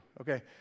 Okay